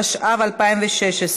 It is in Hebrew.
התשע"ו 2016,